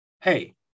hey